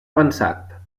avançat